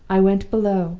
i went below,